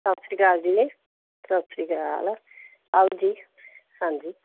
ਸਤਿ ਸ਼੍ਰੀ ਅਕਾਲ ਜੀ ਸਤਿ ਸ਼੍ਰੀ ਅਕਾਲ ਆਓ ਜੀ ਹਾਂਜੀ